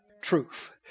Truth